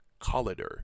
Collider